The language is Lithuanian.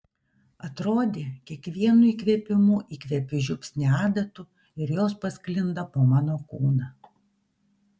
atrodė kiekvienu įkvėpimu įkvepiu žiupsnį adatų ir jos pasklinda po mano kūną